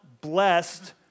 blessed